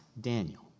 Daniel